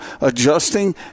adjusting